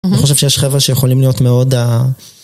אני חושב שיש חבר'ה שיכולים להיות מאוד...